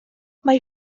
mae